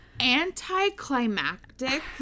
anticlimactic